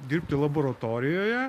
dirbti laboratorijoje